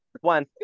One